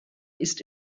ist